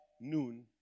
noon